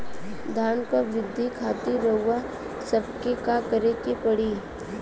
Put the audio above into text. धान क वृद्धि खातिर रउआ सबके का करे के पड़ी?